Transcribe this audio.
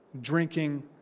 drinking